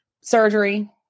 surgery